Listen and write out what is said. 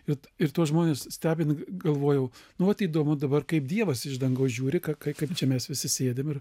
ir ir tuos žmones stebint galvojau nu vat įdomu dabar kaip dievas iš dangaus žiūri kai kaip čia mes visi sėdim ir